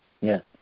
Yes